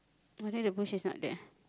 only the bush is not there